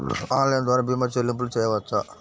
Online ద్వార భీమా చెల్లింపులు చేయవచ్చా?